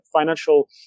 financial